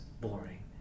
boring